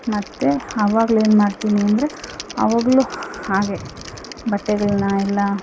ಮತ್ತೆ ಆವಾಗ್ಲು ಏನು ಮಾಡ್ತೀನಿ ಅಂದರೆ ಆವಾಗಲೂ ಹಾಗೆ ಬಟ್ಟೆಗಳನ್ನ ಎಲ್ಲ